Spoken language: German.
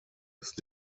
ist